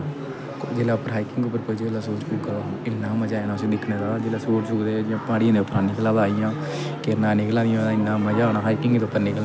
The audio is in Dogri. जिसलै हाइकिंग उप्पर पुज्जे उसलै सूरज डुब्बा दा हा इ'न्ना मजा आया ना उसी दिक्खने दा जिसलै सूरज प्हाड़ियें दे उप्परां निकला दा ही किरणां निकला दियां हियां मजा आदा दा हा हाइकिंग उप्पर निकलना